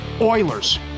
Oilers